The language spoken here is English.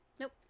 Nope